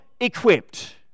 equipped